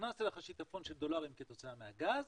נכנס אליך שיטפון של דולרים כתוצאה מהגז,